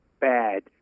bad